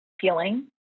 feeling